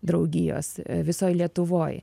draugijos visoj lietuvoj